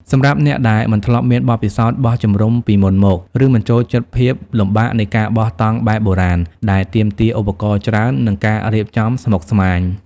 សម្រាប់អ្នកដែលមិនធ្លាប់មានបទពិសោធន៍បោះជំរុំពីមុនមក ឬមិនចូលចិត្តភាពលំបាកនៃការបោះតង់បែបបុរាណ ដែលទាមទារឧបករណ៍ច្រើន និងការរៀបចំស្មុគស្មាញ។